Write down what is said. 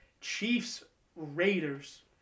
Chiefs-Raiders